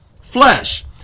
flesh